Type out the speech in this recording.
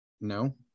No